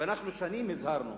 שנים הזהרנו